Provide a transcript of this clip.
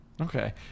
okay